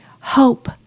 Hope